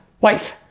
wife